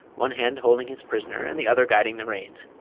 one hand holding his prisoner and the other guiding the reins.